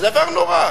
זה דבר נורא.